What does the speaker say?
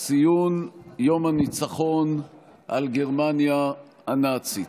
ציון יום הניצחון על גרמניה הנאצית.